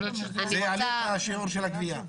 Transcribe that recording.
זה יעלה את השיעור של הגבייה.